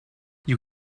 you